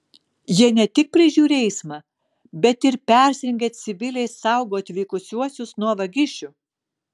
jie ne tik prižiūri eismą bet ir persirengę civiliais saugo atvykusiuosius nuo vagišių